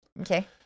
Okay